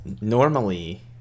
normally